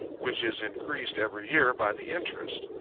which is increased every year by the interest.